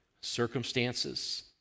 circumstances